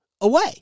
away